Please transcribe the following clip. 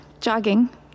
Jogging